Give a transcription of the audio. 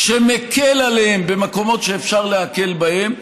שמקל עליהם במקומות שאפשר להקל בהם,